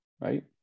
right